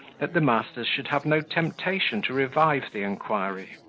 that the masters should have no temptation to revive the inquiry.